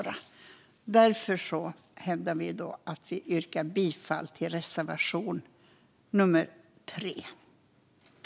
Rättsmedicinalverkets hantering av human-biologiskt material Jag yrkar därför bifall till reservation nummer 1.